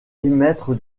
émettre